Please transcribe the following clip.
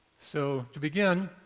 so to begin,